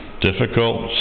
difficult